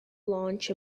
launch